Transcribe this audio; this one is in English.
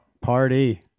party